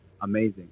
amazing